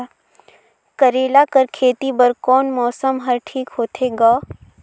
करेला कर खेती बर कोन मौसम हर ठीक होथे ग?